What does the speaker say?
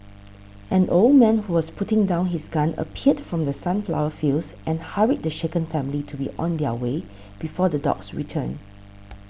an old man who was putting down his gun appeared from the sunflower fields and hurried the shaken family to be on their way before the dogs return